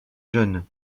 jeunes